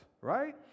right